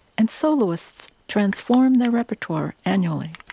and soloists transform their repertoire annually.